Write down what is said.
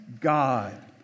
God